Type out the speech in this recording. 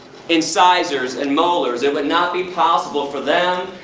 incisors and molars it would not be possible for them,